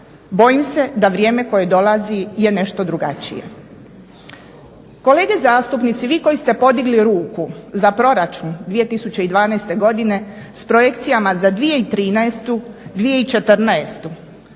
Bojim se da vrijeme koje dolazi je nešto drugačije. Kolege zastupnici vi koji ste podigli ruku za proračun 2012. godine s projekcijama za 2013., 2014. zar ne